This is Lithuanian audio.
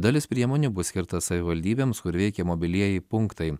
dalis priemonių bus skirta savivaldybėms kur veikia mobilieji punktai